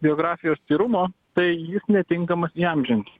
biografijos tyrumo tai jis netinkamas įamžinti